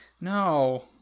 no